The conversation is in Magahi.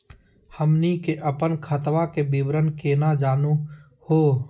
हमनी के अपन खतवा के विवरण केना जानहु हो?